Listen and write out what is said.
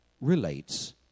relates